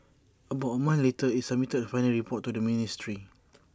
about A month later IT submitted A final report to the ministry